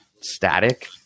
static